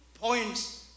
points